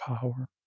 power